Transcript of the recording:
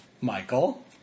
michael